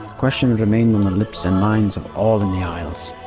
questioned remained on the lips and minds of all in the isles,